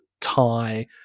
tie